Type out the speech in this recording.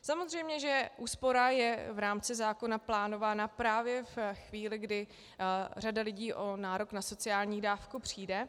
Samozřejmě že úspora je v rámci zákona plánována právě ve chvíli, kdy řada lidí o nárok na sociální dávku přijde.